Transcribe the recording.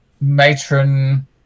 matron